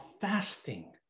fasting